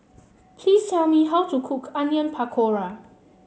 please tell me how to cook Onion Pakora